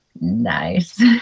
Nice